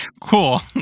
cool